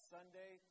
Sunday